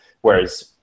Whereas